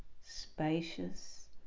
spacious